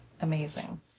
amazing